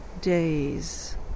days